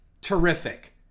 Terrific